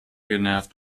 genervt